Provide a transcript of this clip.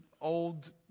old